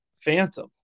Phantom